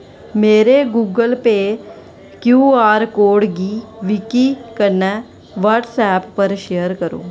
मेरे Google Pay QR code गी विकी कन्नै व्हाट्सऐप पर शेयर करो